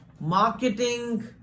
marketing